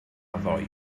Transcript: ddoe